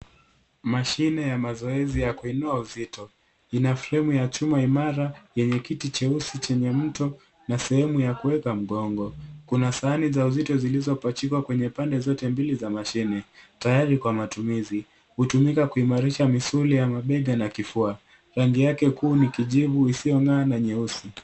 Mashine ya mazoezi ya kuinua uzito, ina fremu ya chuma imara kwenye kiti cheusi chenye mto na sehemu ya kuweka mgongo. Kuna sahani za uzito zilizopachikwa kwenye pande zote mbili za mashine tayari kwa matumizi. Hutumika kuimarisha misuli ya mabega na kifua. Rangi yake kuu ni kiijivu isiyong'aa na nyeusi.